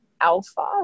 alpha